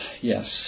Yes